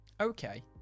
Okay